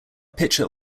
pitcher